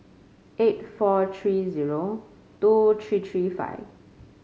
eight four three zero two three three five